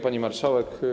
Pani Marszałek!